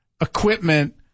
equipment